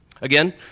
Again